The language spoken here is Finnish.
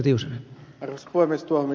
tuohon mitä ed